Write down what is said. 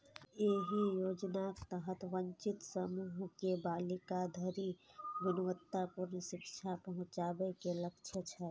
एहि योजनाक तहत वंचित समूह के बालिका धरि गुणवत्तापूर्ण शिक्षा पहुंचाबे के लक्ष्य छै